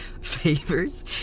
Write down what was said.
Favors